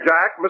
Jack